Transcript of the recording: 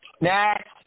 Next